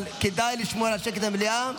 אבל כדאי לשמור על השקט במליאה.